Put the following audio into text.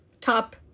top